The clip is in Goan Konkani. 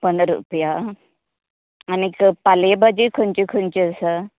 पंदरा रुपया आनीक पाले भाजी खंयची खंयची आसा